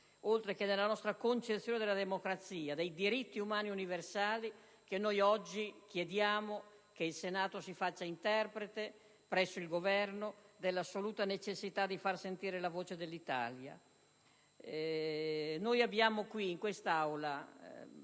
oltre che della nostra concezione della democrazia e dei diritti umani universali, che oggi chiediamo che il Senato si faccia interprete presso il Governo dell'assoluta necessità di fare sentire la voce dell'Italia. In quest'Aula,